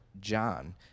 John